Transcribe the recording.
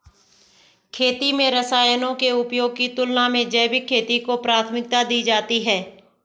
खेती में रसायनों के उपयोग की तुलना में जैविक खेती को प्राथमिकता दी जाती है